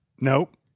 Nope